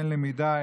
אין למידה,